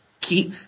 keep